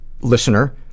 listener